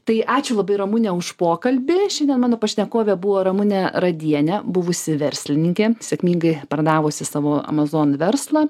tai ačiū labai ramune už pokalbį šiandien mano pašnekovė buvo ramūnė radienė buvusi verslininkė sėkmingai pardavusi savo amazon verslą